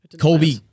Kobe